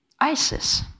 ISIS